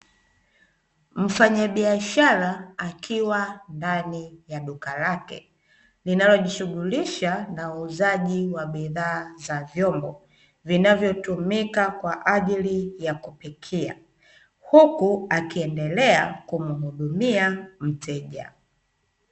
Mfanyabiashara akiwa ndani ya duka lake, linalojishughulisha na uuzaji wa bidhaa za vyombo, vinavyotumika kwa ajili ya kupika, Huku akiendelea kumhudumia mteja.